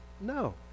no